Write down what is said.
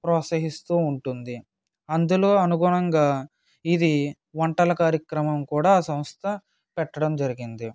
ప్రోత్సహిస్తూ ఉంటుంది అందులో అనుగుణంగా ఇది వంటల కార్యక్రమం కూడా ఆ సంస్థ పెట్టడం జరిగింది